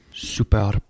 Super